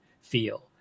feel